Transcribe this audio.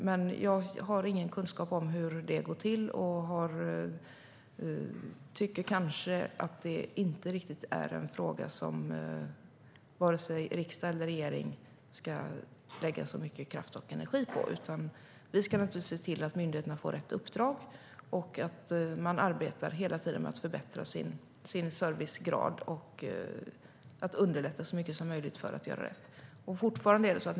Men jag har ingen kunskap om hur det går till, och jag tycker att det inte riktigt är en fråga som vare sig riksdag eller regering ska lägga så mycket kraft och energi på. Vi ska naturligtvis se till att myndigheterna får ett uppdrag och att de hela tiden arbetar med att förbättra sin service och underlätta så mycket som möjligt för att människor ska göra rätt.